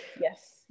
yes